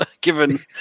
given